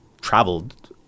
traveled